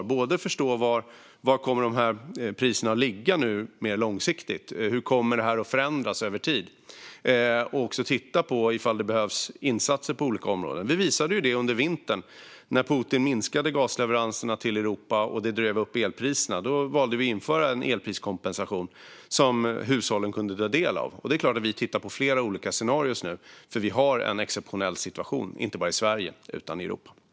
Vi måste förstå var priserna kommer att ligga mer långsiktigt och hur det kommer att förändras över tid och även titta på om det behövs insatser på olika områden. Vi visade det under vintern. När Putin minskade gasleveranserna till Europa och det drev upp elpriserna valde vi att införa en elpriskompensation som hushållen kunde ta del av. Det är klart att vi nu tittar på flera olika scenarier, för vi har en exceptionell situation inte bara i Sverige utan i hela Europa.